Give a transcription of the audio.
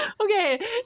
okay